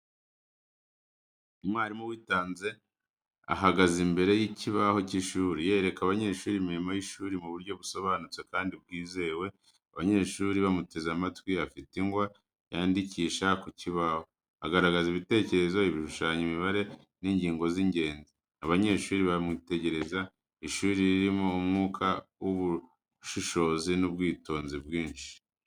Umwarimu witanze ahagaze imbere y’ikibaho cy’ishuri, yereka abanyeshuri imirimo y’ishuri mu buryo busobanutse kandi bwizewe, abanyeshuri bamuteze amatwi. Afite ingwa yandikisha k'urubaho, agaragaza ibitekerezo, ibishushanyo, imibare, n’ingingo z’ingenzi, abanyeshuri bamwitegereza. Ishuri ririmo umwuka w’ubushishozi n’ubwitonzi bwinshi.